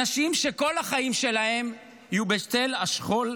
אנשים שכל החיים שלהם יהיו בצל השכול,